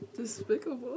Despicable